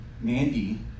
Mandy